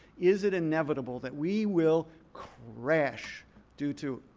is it inevitable that we will crash due to